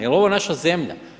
Jel' ovo naša zemlja?